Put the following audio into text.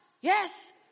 yes